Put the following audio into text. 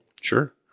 sure